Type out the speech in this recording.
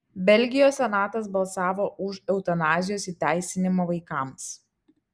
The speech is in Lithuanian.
belgijos senatas balsavo už eutanazijos įteisinimą vaikams